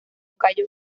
cayo